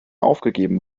aufgegeben